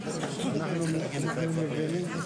אנחנו ממשיכים את ישיבות הוועדה.